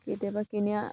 কেতিয়াবা কিনি